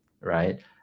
right